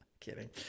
kidding